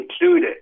included